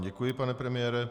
Děkuji vám, pane premiére.